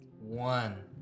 One